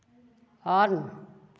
on